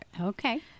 Okay